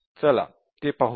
चला ते पाहूया